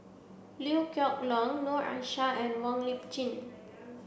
Liew Geok Leong Noor Aishah and Wong Lip Chin